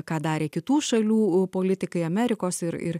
ką darė kitų šalių politikai amerikos ir ir